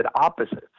opposites